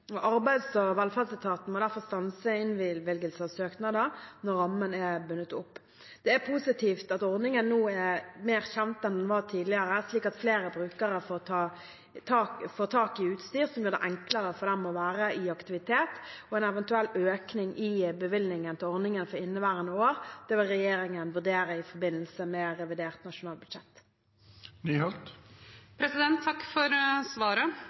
Arbeids- og velferdsetaten må derfor stanse innvilgelse av søknader når rammen er bundet opp. Det er positivt at ordningen nå er mer kjent enn den var tidligere, slik at flere brukere får tak i utstyr som gjør det enklere for dem å være i aktivitet, og en eventuell økning i bevilgningen til ordningen for inneværende år vil regjeringen vurdere i forbindelse med revidert nasjonalbudsjett. Takk for svaret.